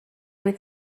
with